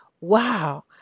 wow